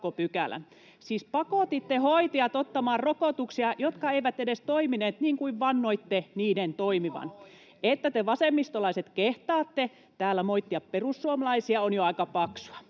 siis pakotitte hoitajat ottamaan rokotuksia, jotka eivät edes toimineet niin kuin vannoitte niiden toimivan. [Vasemmalta: Ihan oikeesti!] Se, että te vasemmistolaiset kehtaatte täällä moittia perussuomalaisia, on jo aika paksua.